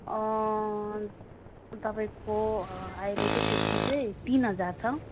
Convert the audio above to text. तपाईँको अहिले चाहिँ त्यसको चाहिँ तिन हजार छ